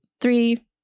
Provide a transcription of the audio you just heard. three